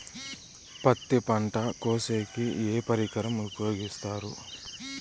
పత్తి పంట కోసేకి ఏ పరికరం ఉపయోగిస్తారు?